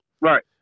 Right